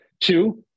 Two